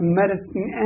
medicine